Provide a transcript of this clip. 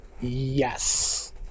Yes